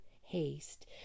haste